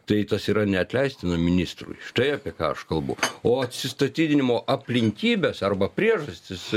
tai tas yra neatleistina ministrui štai apie ką aš kalbu o atsistatydinimo aplinkybes arba priežastis